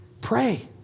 Pray